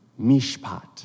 mishpat